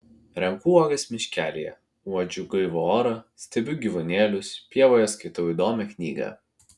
renku uogas miškelyje uodžiu gaivų orą stebiu gyvūnėlius pievoje skaitau įdomią knygą